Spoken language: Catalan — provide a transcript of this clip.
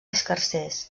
escarsers